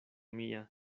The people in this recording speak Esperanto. mia